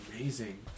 amazing